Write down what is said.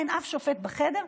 אין אף שופט בחדר,